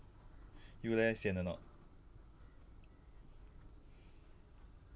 you leh sian or not